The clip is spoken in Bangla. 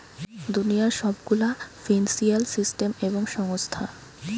দুনিয়ার সব গুলা ফিন্সিয়াল সিস্টেম এবং সংস্থা